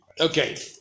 Okay